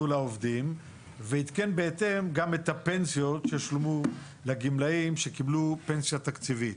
לעובדים ועדכן בהתאם גם את הפנסיות ששולמו לגמלאים שקיבלו פנסיה תקציבית.